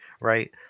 right